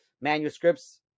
manuscripts